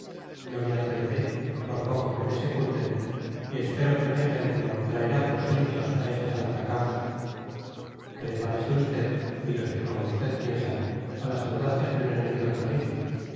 yo me atreveré por poco que me secunden y espero que mi ejemplo traerá prosélitos a esta santa causa prepárese usted y los que como usted piensan a las audacias de un enemigo terrible